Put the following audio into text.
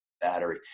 battery